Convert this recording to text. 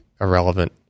irrelevant